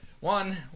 one